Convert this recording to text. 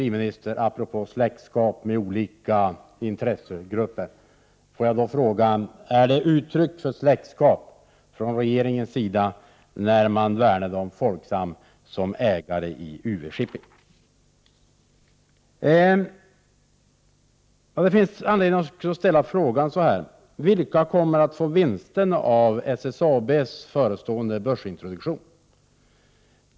Får jag apropå släktskap med olika intressegrupper fråga, herr industriminister: Var det uttryck för släktskap från regeringens sida när man värnade om Folksam som ägare i UV-Shipping? Det finns vidare anledning att ställa frågan så här: Vilka kommer att få vinsterna av SSAB:s förestående börsintroduktion?